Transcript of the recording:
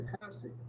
fantastic